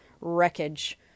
wreckage